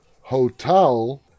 Hotel